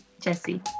Jesse